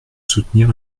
soutenir